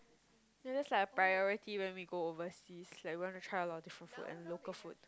and that's like a priority when we go overseas like we want to try a lot of different food and local food